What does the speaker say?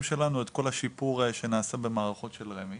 שלנו את כל השיפור שנעשה במערכות של רמ"י.